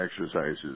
exercises